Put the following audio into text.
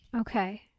Okay